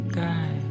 guy